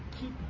keep